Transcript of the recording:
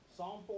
Psalm